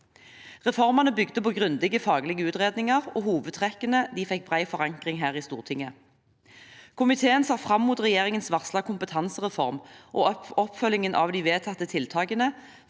Reformene bygde på grundige faglige utredninger, og hovedtrekkene fikk bred forankring her i Stortinget. Komiteen ser fram mot regjeringens varslede kompetansereform og oppfølgingen av de vedtatte tiltakene